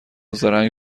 زرنگ